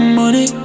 money